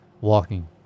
walking